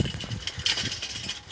रोपनीर तने कुन औजार किनवा हबे